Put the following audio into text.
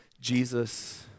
Jesus